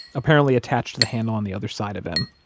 apparently attached to the handle on the other side of him.